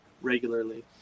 regularly